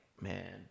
Man